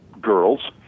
girls